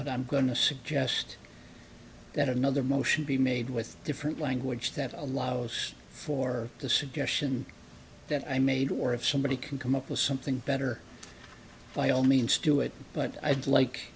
but i'm going to suggest that another motion be made with different language that allows for the suggestion that i made or if somebody can come up with something better by all means do it but i'd like